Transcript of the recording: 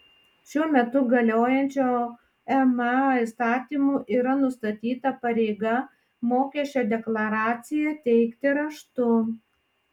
šiuo metu galiojančiu ma įstatymu yra nustatyta pareiga mokesčio deklaraciją teikti raštu